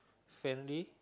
friendly